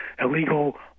illegal